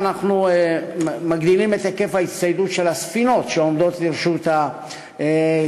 אנחנו מגדילים את היקף ההצטיידות של הספינות שעומדות לרשות הצוות